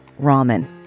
ramen